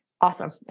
Awesome